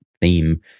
theme